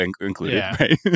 included